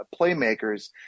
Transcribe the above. playmakers